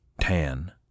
tan